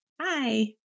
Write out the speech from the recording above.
Hi